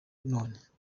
none